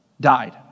died